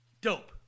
dope